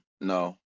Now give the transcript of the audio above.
No